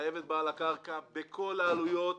לחייב את בעל הקרקע בכל העלויות.